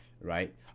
right